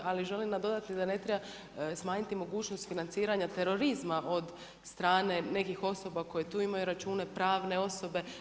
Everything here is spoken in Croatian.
Ali želim nadodati da ne treba smanjiti mogućnost financiranja terorizma od strane nekih osoba koje tu imaju račune, pravne osobe.